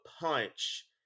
punch